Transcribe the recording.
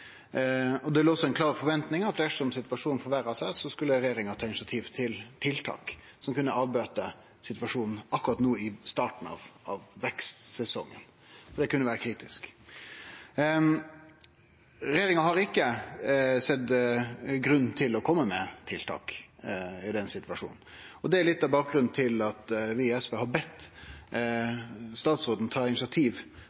det hadde på bøndene. Det var òg ei klar forventning om at dersom situasjonen blei verre, skulle regjeringa ta initiativ til tiltak som kunne bøte på situasjonen akkurat no, i starten vekstsesongen. Det kunne vere kritisk. Regjeringa har ikkje sett nokon grunn til å kome med tiltak i den situasjonen. Det er litt av bakgrunnen for at vi i SV har bedt